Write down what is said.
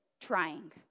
trying